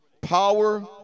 power